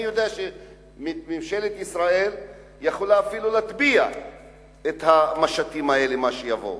אני יודע שממשלת ישראל יכולה אפילו להטביע את המשטים האלה שיבואו,